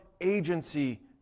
agency